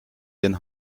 den